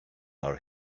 our